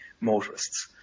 motorists